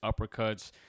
uppercuts